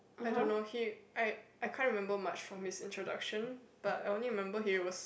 I don't know he I I can't remember much from his introduction but I only remember he was